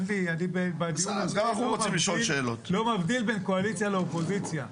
אני לא מבדיל בין קואליציה לאופוזיציה.